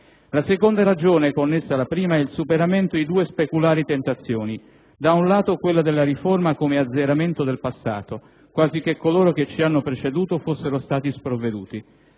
La seconda ragione, connessa alla prima, è il superamento di due speculari tentazioni: da un lato quella della riforma come azzeramento del passato, quasi che coloro che ci hanno preceduto fossero stati sprovveduti;